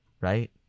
Right